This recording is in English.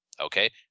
okay